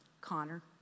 Connor